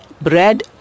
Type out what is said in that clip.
Bread